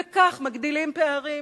וכך מגדילים פערים.